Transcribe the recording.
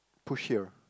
push here